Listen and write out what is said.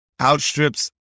outstrips